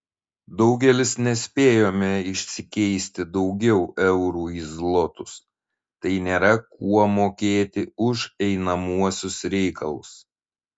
daugelis nespėjome išsikeisti daugiau eurų į zlotus tai nėra kuo mokėti už einamuosius reikalus